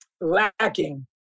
lacking